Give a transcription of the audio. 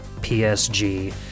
PSG